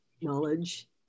knowledge